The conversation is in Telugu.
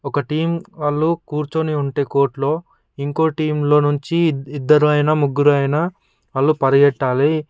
ఒక టీం వాళ్ళు కూర్చొని ఉంటే కోర్టులో ఇంకో టీంలో నుంచి ఇద్దరు అయినా ముగ్గురు అయినా వాళ్ళు పరిగెత్తాలి